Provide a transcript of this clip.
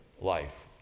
life